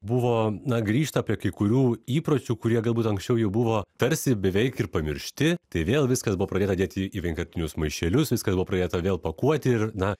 buvo na grįžta apie kai kurių įpročių kurie galbūt anksčiau jau buvo tarsi beveik ir pamiršti tai vėl viskas buvo pradėta dėti į vienkartinius maišelius viskas buvo pradėta vėl pakuoti ir na